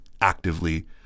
actively